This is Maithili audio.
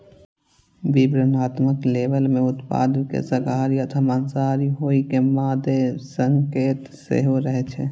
विवरणात्मक लेबल मे उत्पाद के शाकाहारी अथवा मांसाहारी होइ के मादे संकेत सेहो रहै छै